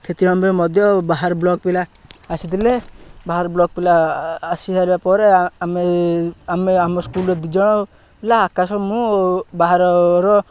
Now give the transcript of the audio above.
ମଧ୍ୟ ବାହାର ବ୍ଲକ୍ ପିଲା ଆସିଥିଲେ ବାହାର ବ୍ଲକ୍ ପିଲା ଆସି ସାରିବା ପରେ ଆମେ ଆମେ ଆମ ସ୍କୁଲ୍ରେ ଦୁଇ ଜଣ ପିଲା ଆକାଶ ମୁଁ ବାହାରର